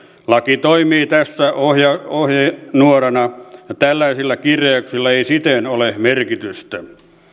laki toimii tässä ohjenuorana tällaisilla kirjauksilla ei siten ole merkitystä